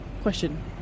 Question